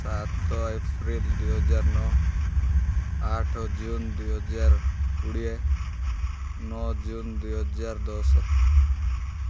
ସାତ ଏପ୍ରିଲ୍ ଦୁଇହଜାର ନଅ ଆଠ ଜୁନ୍ ଦୁଇହଜାର କୋଡ଼ିଏ ନଅ ଜୁନ୍ ଦୁଇହଜାର ଦଶ